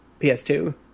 PS2